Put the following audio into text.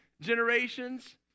generations